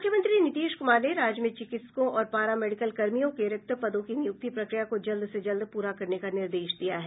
मुख्यमंत्री नीतीश कुमार ने राज्य में चिकित्सकों और पारा मेडिकल कर्मियों के रिक्त पदों की नियुक्ति प्रक्रिया को जल्द से जल्द पूरा करने का निर्देश दिया है